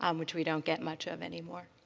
um which we don't get much of anymore.